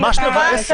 ממש מבאסת.